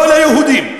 לא ליהודים.